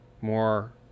more